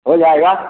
हो जाएगा